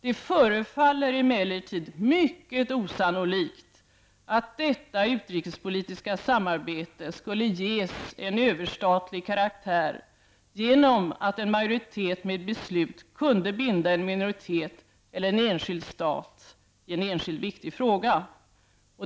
Det förefaller emellertid mycket osannolikt att detta utrikespolitiska samarbete skulle ges en överstatlig karaktär genom att en majoritet med beslut kunde binda en minoritet eller en enskild stat i en enskild viktig fråga.